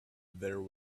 there